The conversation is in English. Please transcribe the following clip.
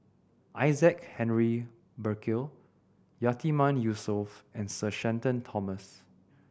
Isaac Henry Burkill Yatiman Yusof and Sir Shenton Thomas